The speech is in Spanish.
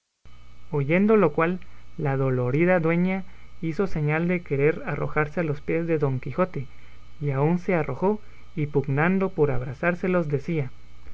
oyendo lo cual la dolorida dueña hizo señal de querer arrojarse a los pies de don quijote y aun se arrojó y pugnando por abrazárselos decía